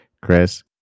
Chris